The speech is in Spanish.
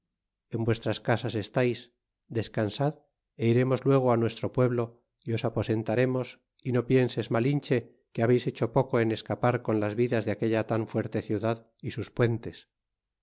en vuestras casas estais descansad é iremos luego nuestro pueblo y os aposentaremos y no pienses malinche que habeis hecho poco en escapar con las vidas de aquella tan fuerte ciudad y sus puentes